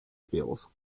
fuels